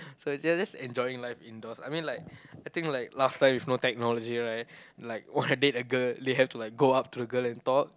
so they are just enjoying life indoors I mean I think like last time with no technology right like wanna date a girl they have to like go up to the girl and talk